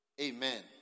Amen